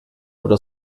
oder